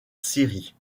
syrie